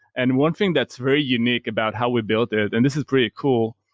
and one thing that's very unique about how we build it, and this is pretty cool,